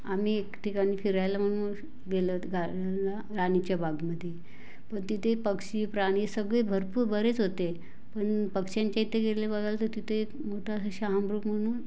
आम्ही एकेठिकाणी फिरायला म्हणून गेलो होतो गार्डनला राणीच्या बागेमध्ये तर तिथे पक्षी प्राणी सगळे भरपूर बरेच होते पण पक्ष्यांच्या इथे गेले बघायला तर तिथे एक मोठा शहामृग म्हणून